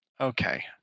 Okay